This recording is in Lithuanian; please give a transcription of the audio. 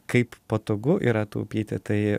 kaip patogu yra taupyti tai